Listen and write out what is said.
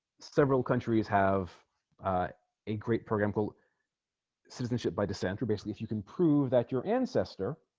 several countries have a great program called citizenship by descent or basically if you can prove that your ancestor